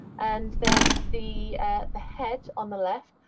and then the the head on the left,